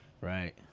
right